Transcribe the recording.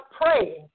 praying